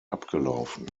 abgelaufen